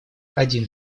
один